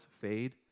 fade